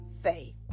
Faith